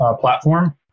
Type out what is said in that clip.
platform